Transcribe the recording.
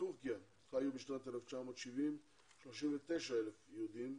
בטורקיה חיו בשנת 1970 39,000 יהודים,